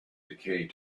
decay